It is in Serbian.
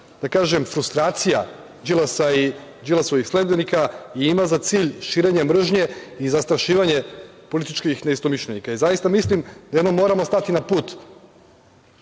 da kažem, frustracija Đilasa i Đilasovih sledbenika i ima za cilj širenje mržnje i zastrašivanje političkih neistomišljenika. Zaista mislim da jednom moramo stati na put